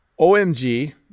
OMG